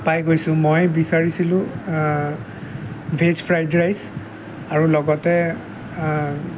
পাই গৈছোঁ মই বিচাৰিছিলো ভেজ ফ্ৰাইড ৰাইচ আৰু লগতে